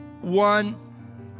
one